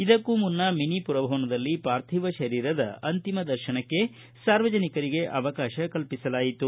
ಇದಕ್ಕೂ ಮುನ್ನ ಮಿನಿ ಪುರಭವನದಲ್ಲಿ ಪಾರ್ಥಿವ ಶರೀರದ ಅಂತಿಮ ದರ್ಶನಕ್ಕೆ ಸಾರ್ವಜನಿಕರಿಗೆ ಅವಕಾಶ ಕಲ್ಪಿಸಲಾಯಿತು